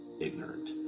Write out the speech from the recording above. ignorant